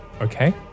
Okay